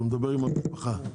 הוא מדבר עם המשפחה.